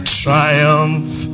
triumph